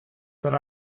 that